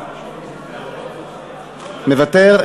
מוותר?